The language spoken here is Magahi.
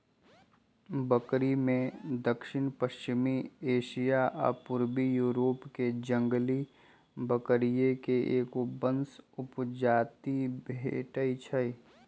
बकरिमें दक्षिणपश्चिमी एशिया आ पूर्वी यूरोपके जंगली बकरिये के एगो वंश उपजाति भेटइ हइ